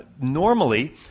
Normally